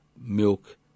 milk